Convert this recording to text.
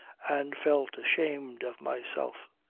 and felt ashamed of myself.